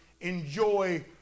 enjoy